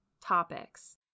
topics